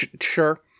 Sure